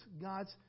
God's